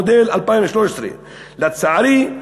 מודל 2013. לצערי,